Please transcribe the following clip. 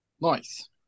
Nice